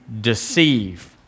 deceive